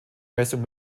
messung